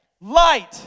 light